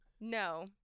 no